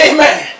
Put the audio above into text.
Amen